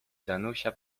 danusia